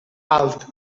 alt